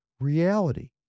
reality